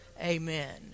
Amen